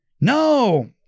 No